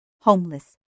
homeless